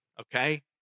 okay